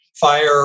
fire